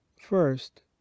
First